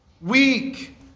weak